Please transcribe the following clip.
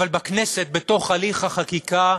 אבל בכנסת, בתוך הליך החקיקה,